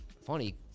funny